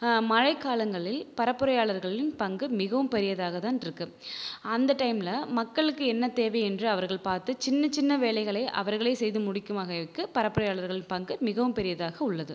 மழைக்காலங்களில் பரப்புரையாளர்களின் பங்கு மிகவும் பெரியதாக தான் இருக்கு அந்த டைம்மில் மக்களுக்கு என்ன தேவை என்று அவர்கள் பார்த்து சின்னச் சின்ன வேலைகளை அவர்களே செய்து முடிக்கும் அளவுக்கு பரப்புரையாளர்களின் பங்கு மிகவும் பெரியதாக உள்ளது